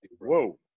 Whoa